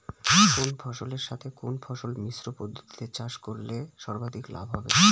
কোন ফসলের সাথে কোন ফসল মিশ্র পদ্ধতিতে চাষ করলে সর্বাধিক লাভ হবে?